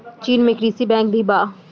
चीन में कृषि बैंक भी बा